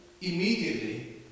Immediately